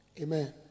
Amen